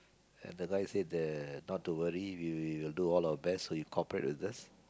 at the guy said that not to worry we we will do our best so you cooperate with this